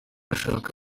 ashaka